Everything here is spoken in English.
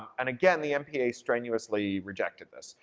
and again, the mpaa strenuously rejected this.